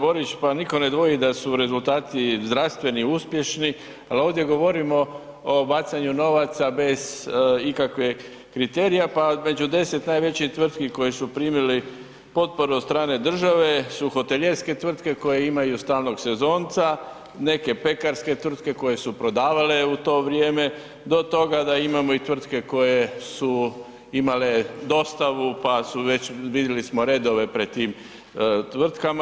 Poštovani kolega Borić, pa nitko ne dvoji da su rezultati zdravstveni uspješni, ali ovdje govorimo o bacanju novaca bez ikakve kriterija, pa među 10 najvećih tvrtki koje su primili potporu od strane države su hotelijerske tvrtke koje imaju stalnog sezonca, neke pekarske tvrtke koje su prodavale u to vrijeme, do toga da imamo i tvrtke koje su imale dostavu pa su već, vidli smo redove pred tim tvrtkama.